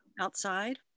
outside